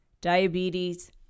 diabetes